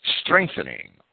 strengthening